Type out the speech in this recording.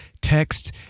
text